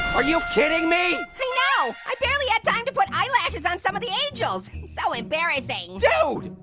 are you kidding me? i know, i barely had time to put eyelashes on some of the angels, so embarrassing. dude,